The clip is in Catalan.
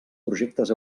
projectes